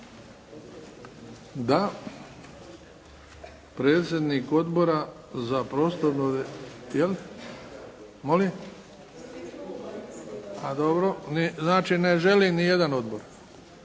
Da. Predsjednik Odbora za prostorno, je li? A dobro. Znači ne želi niti jedan odbor?